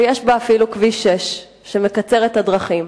ויש בה אפילו כביש 6 שמקצר את הדרכים.